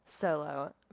solo